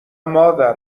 مادر